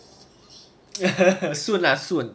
soon lah soon